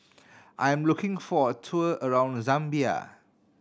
I'm looking for a tour around Zambia